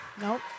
Nope